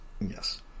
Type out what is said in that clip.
Yes